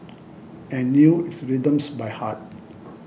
and knew its rhythms by heart